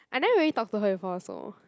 I never really talk to her before also